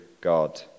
God